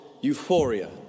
euphoria